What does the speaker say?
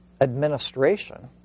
administration